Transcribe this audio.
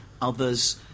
Others